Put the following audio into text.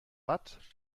watt